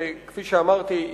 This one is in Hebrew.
שכפי שאמרתי,